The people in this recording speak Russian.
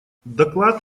доклад